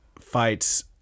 fights